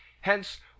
Hence